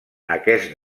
aquest